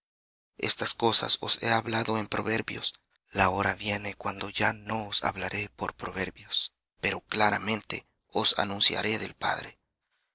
estas cosas os he hablado en proverbios la hora viene cuando ya no os hablaré por proverbios pero claramente os anunciaré del padre